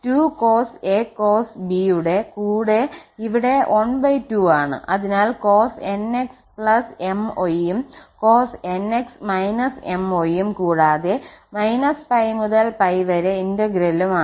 2 cos 𝑎 cos 𝑏 യുടെ കൂടെയിവിടെ ½ ആണ് അതിനാൽ cos𝑛𝑥 𝑚𝑦 യും cos𝑛𝑥 − 𝑚𝑦 യും കൂടാതെ 𝜋 മുതൽ 𝜋 വരെ ഇന്റെഗ്രേലും ആണ്